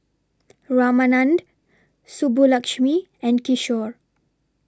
Ramanand Subbulakshmi and Kishore